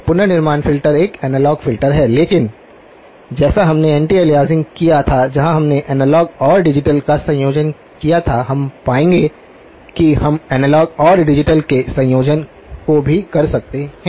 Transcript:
पुनर्निर्माण फ़िल्टर एक analog filter है लेकिन जैसे हमने एंटी एलियासिंग किया था जहाँ हमने एनालॉग और डिजिटल का संयोजन किया था हम पाएंगे कि हम एनालॉग और डिजिटल के संयोजन को भी कर सकते हैं